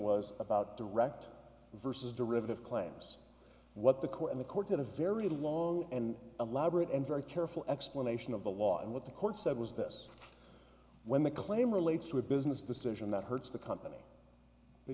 was about direct versus derivative claims what the court and the court had a very long and elaborate and very careful explanation of the law and what the court said was this when the claim relates to a business decision that hurts the company they